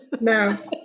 no